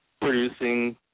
producing